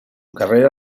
carrera